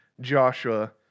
Joshua